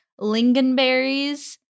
lingonberries